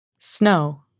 Snow